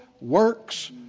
works